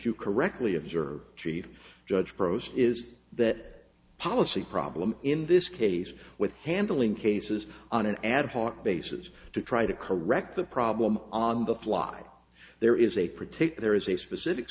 you correctly observe treif judge prose is that policy problem in this case with handling cases on an ad hoc basis to try to correct the problem on the fly there is a particular is a specific